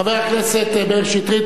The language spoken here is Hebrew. חבר הכנסת מאיר שטרית,